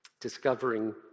discovering